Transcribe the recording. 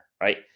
right